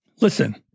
listen